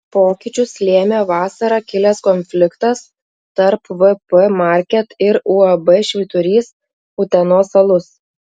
pokyčius lėmė vasarą kilęs konfliktas tarp vp market ir uab švyturys utenos alus